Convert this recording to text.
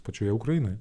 pačioje ukrainoje